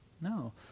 No